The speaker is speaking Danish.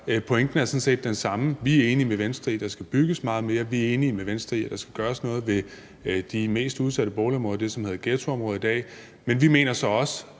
sådan set den samme, for vi er enige med Venstre i, at der skal bygges meget mere, og vi er enige med Venstre i, at der skal gøres noget ved de mest udsatte boligområder, det, som i dag hedder ghettoområder, men vi mener så også,